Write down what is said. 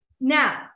now